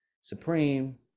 supreme